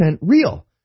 real